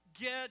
get